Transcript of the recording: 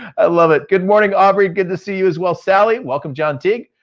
i love it. good morning aubriegh. good to see you as well, sally. welcome john tighe.